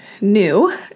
new